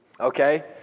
okay